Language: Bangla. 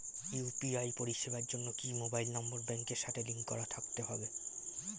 ইউ.পি.আই পরিষেবার জন্য কি মোবাইল নাম্বার ব্যাংকের সাথে লিংক করা থাকতে হবে?